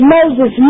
Moses